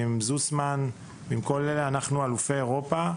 יובל זוסמן ועוד אנחנו אלופי אירופה,